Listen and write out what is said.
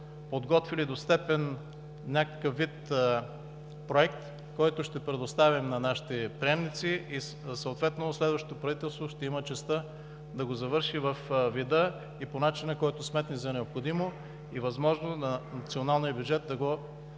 подготвили до степен в някакъв вид проект, който ще предоставим на нашите приемници, и съответно следващото правителство ще има частта да го завърши във вида и по начина, който сметне за необходимо и е възможно на националния бюджет да го